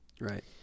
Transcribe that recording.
Right